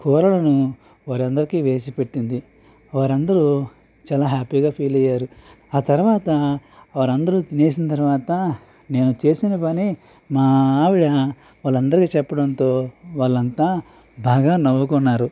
కూరలను వారికి వేసిపెట్టింది వారందరూ చాలా హ్యాపీగా ఫీల్ అయ్యారు ఆ తర్వాత వారందరూ తినేసిన తర్వాత నేను చేసిన పని మా ఆవిడ వాళ్ళందరికీ చెప్పడంతో వాళ్ళంతా బాగా నవ్వుకున్నారు